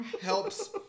Helps